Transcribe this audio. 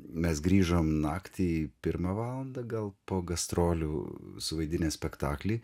mes grįžom naktį pirmą valandą gal po gastrolių suvaidinę spektaklį